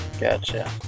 Gotcha